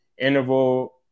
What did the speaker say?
interval